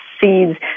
seeds